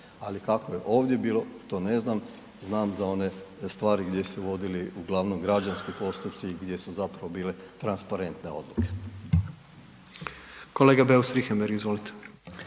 Ali, kako je ovdje bilo, to ne znam, znam za one stvari gdje su vodili uglavnom građanski postupci gdje su zapravo bile transparentne odluke. **Jandroković, Gordan